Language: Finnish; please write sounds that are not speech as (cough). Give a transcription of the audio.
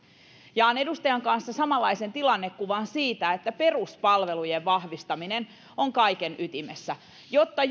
jaan edustajan kanssa samanlaisen tilannekuvan siitä että peruspalvelujen vahvistaminen on kaiken ytimessä jotta (unintelligible)